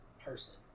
person